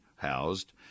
housed